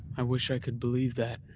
i wish i could believe that.